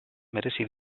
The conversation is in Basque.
merezi